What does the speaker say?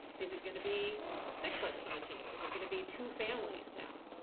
is it gonna be six players on the team? is it gonna be two families down?